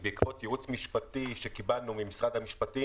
בעקבות ייעוץ משפטי שקיבלנו ממשרד המשפטים